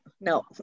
no